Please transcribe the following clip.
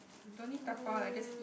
don't need dabao lah just eat